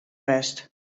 west